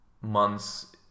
months